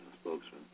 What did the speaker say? spokesman